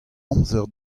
amzer